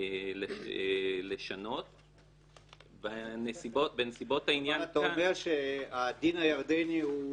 לשנות בנסיבות העניין -- אתה יודע שהדין הירדני הוא